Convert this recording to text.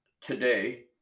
Today